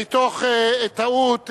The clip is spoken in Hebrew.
מתוך טעות,